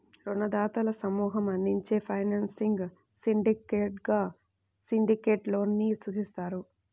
రుణదాతల సమూహం అందించే ఫైనాన్సింగ్ సిండికేట్గా సిండికేట్ లోన్ ని సూచిస్తారు